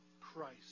Christ